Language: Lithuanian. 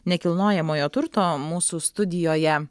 nekilnojamojo turto mūsų studijoje